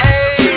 Hey